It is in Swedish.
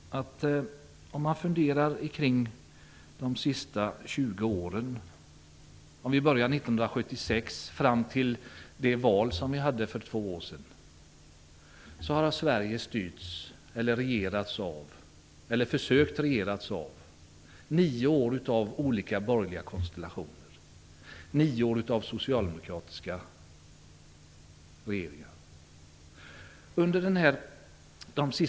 Under perioden från 1976 fram till det val vi hade för två år sedan har vi haft nio år av olika borgerliga konstellationer och nio år av socialdemokratiska regeringar som regerat, eller försökt regera, Sverige.